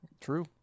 True